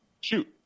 Shoot